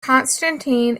constantine